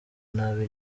nabi